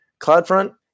CloudFront